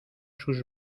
sus